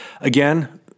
again